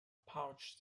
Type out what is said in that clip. pouch